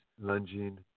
lunging